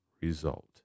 result